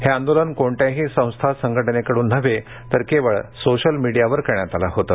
हे आंदोलन कोणत्याही संस्था संघटनेकडून नव्हे तर केवळ सोशल मिडियावर करण्यात आलं होतं